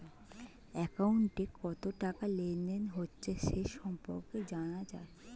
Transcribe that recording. অ্যাকাউন্টে কত টাকা লেনদেন হয়েছে সে সম্পর্কে জানা যায়